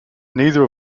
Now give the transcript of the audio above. neither